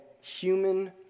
human